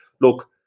look